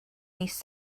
mis